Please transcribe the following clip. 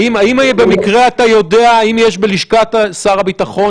האם במקרה אתה יודע אם יש בלשכת שר הביטחון